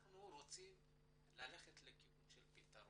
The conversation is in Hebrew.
אנחנו רוצים ללכת לכיוון של פתרון.